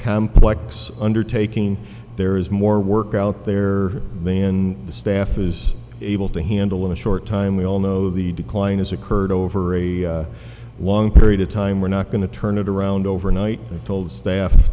complex undertaking there is more work out there than in the staff is able to handle in a short time we all know the decline as occurred over a long period of time we're not going to turn it around overnight told staff